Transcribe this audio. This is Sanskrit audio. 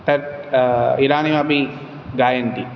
तत् इदानिमपि गायन्ति